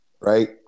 Right